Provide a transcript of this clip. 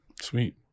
Sweet